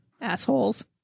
Assholes